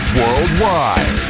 worldwide